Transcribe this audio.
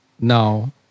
now